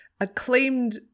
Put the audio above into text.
acclaimed